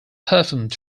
performed